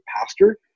pastor